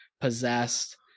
possessed